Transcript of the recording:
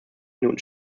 minuten